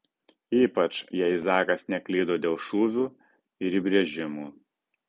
ypač jei zakas neklydo dėl šūvių ir įbrėžimų